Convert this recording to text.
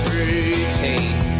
routine